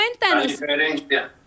diferencia